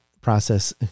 process